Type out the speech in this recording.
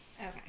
Okay